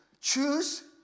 choose